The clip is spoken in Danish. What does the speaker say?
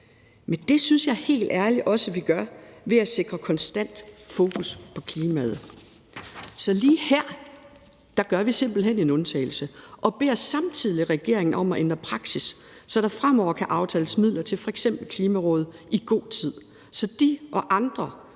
Men det synes jeg helt ærligt også vi gør ved at sikre konstant fokus på klimaet. Så lige her gør vi simpelt hen en undtagelse og beder samtidig regeringen om at ændre praksis, så der fremover kan aftales midler til f.eks. Klimarådet i god tid, så de og andre